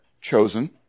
chosen